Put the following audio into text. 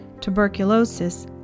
Tuberculosis